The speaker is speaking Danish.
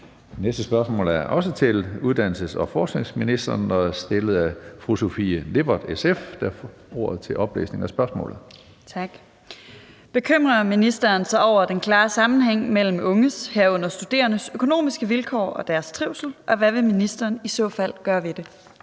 Spm. nr. S 699 18) Til uddannelses- og forskningsministeren af: Sofie Lippert (SF) (medspørger: Mads Olsen (SF)): Bekymrer ministeren sig over den klare sammenhæng mellem unges, herunder studerendes, økonomiske vilkår og deres trivsel, og hvad vil ministeren i så fald gøre ved det?